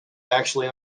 actually